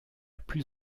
plus